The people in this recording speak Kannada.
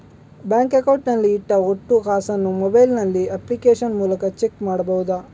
ಬ್ಯಾಂಕ್ ಅಕೌಂಟ್ ನಲ್ಲಿ ಇಟ್ಟ ಒಟ್ಟು ಕಾಸನ್ನು ಮೊಬೈಲ್ ನಲ್ಲಿ ಅಪ್ಲಿಕೇಶನ್ ಮೂಲಕ ಚೆಕ್ ಮಾಡಬಹುದಾ?